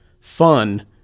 Fun